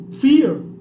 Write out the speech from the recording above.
fear